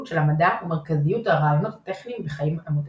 של המדע ומרכזיות הרעיונות הטכניים בחיים המודרניים.